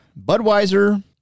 Budweiser